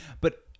but-